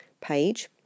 page